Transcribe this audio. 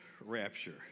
rapture